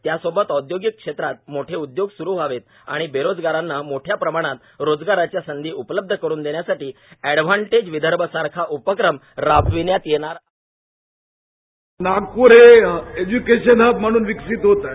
त्यासोबत औद्योगिक क्षेत्रात मोठे उद्योग स्रु व्हावेत आणि बेरोजगारांना मोठ्या प्रमाणात रोजगाराच्या संधी उपलब्ध करुन देण्यासाठी अॅडव्हॉटेज विदर्भ सारखा उपक्रम राबविण्यात येणार आहे बाईट नागपूर हे एज्य्केशन हब म्हणून विकसित होत आहे